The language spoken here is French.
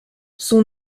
son